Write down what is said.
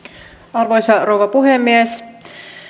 arvoisa rouva puhemies